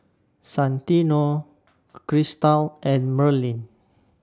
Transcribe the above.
Santino Cristal and Merlin